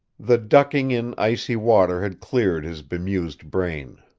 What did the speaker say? the ducking in icy water had cleared his bemused brain.